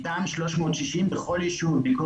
איתם 360 בכל ישוב.